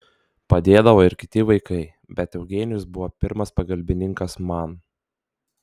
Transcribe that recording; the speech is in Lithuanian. padėdavo ir kiti vaikai bet eugenijus buvo pirmas pagalbininkas man